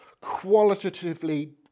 qualitatively